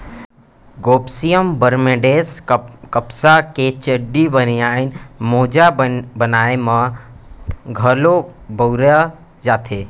Gossypium barbadense कपसा के चड्डी, बनियान, मोजा बनाए म घलौ बउरे जाथे